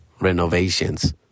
renovations